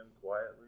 quietly